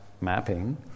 mapping